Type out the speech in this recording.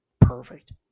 Perfect